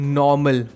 normal